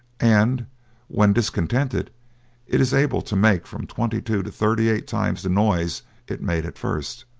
and when discontented it is able to make from twenty-two to thirty-eight times the noise it made at first.